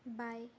बाएँ